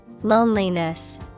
Loneliness